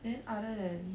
then other than